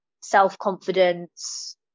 self-confidence